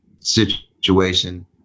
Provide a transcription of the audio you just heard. situation